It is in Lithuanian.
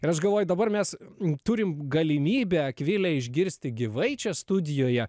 ir aš galvoju dabar mes turim galimybę akvilę išgirsti gyvai čia studijoje